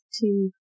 two